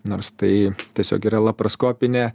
nors tai tiesiog yra laparoskopinė